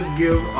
give